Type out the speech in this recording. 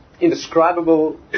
indescribable